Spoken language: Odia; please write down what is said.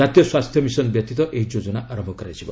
ଜାତୀୟ ସ୍ୱାସ୍ଥ୍ୟ ମିଶନ ବ୍ୟତୀତ ଏହି ଯୋଜନା ଆରମ୍ଭ କରାଯିବ